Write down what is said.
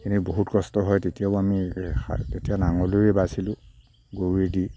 ইনেই বহুত কষ্ট হয় তেতিয়াও আমি তেতিয়া নাঙলেৰে বাইছিলোঁ গৰুৱেদি